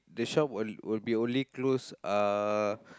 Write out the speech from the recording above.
the shop will will be only closed uh